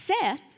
Seth